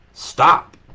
Stop